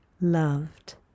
loved